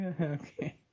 Okay